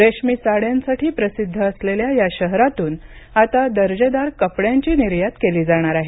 रेशमी साड्यांसाठी प्रसिद्ध असलेल्या या शहरातून आता दर्जेदार कपड्यांची निर्यात केली जाणार आहे